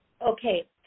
Okay